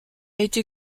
été